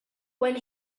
when